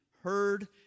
heard